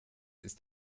ist